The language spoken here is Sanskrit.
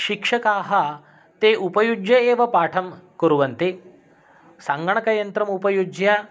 शिक्षकाः ते उपयुज्य एव पाठं कुर्वन्ति सङ्कणकयन्त्रम् उपयुज्य